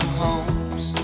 homes